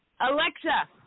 Alexa